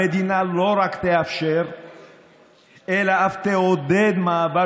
המדינה לא רק תאפשר אלא אף תעודד מעבר